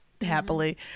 happily